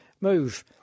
move